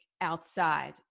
outside